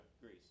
greece